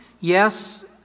Yes